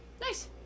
Nice